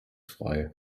frei